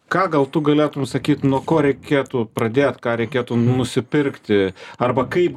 ką gal tu galėtum sakyt nuo ko reikėtų pradėt ką reikėtų nusipirkti arba kaip